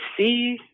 see